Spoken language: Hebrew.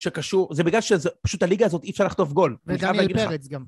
שקשור, זה בגלל שפשוט הליגה הזאת אי אפשר לכתוב גול. וגם אי אפשר פרץ גם.